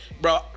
bro